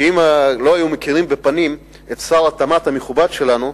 שאם לא היו מכירים את הפנים של שר התמ"ת המכובד שלנו,